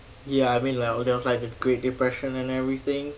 ya I mean like there was like the great depression and everything